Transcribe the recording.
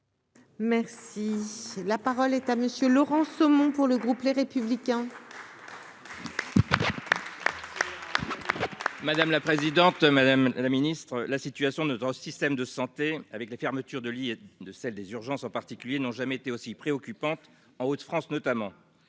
Merci, la parole est à monsieur Laurent Somon pour le groupe Les Républicains. Madame la présidente, madame la Ministre, la situation de notre système de santé avec les fermetures de lits et de celle des urgences en particulier n'ont jamais été aussi préoccupante en France, notamment